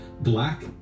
black